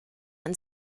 und